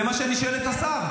זה מה שאני שואל את השר.